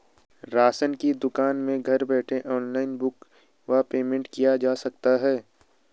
Ration की दुकान में घर बैठे ऑनलाइन बुक व पेमेंट किया जा सकता है?